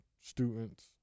students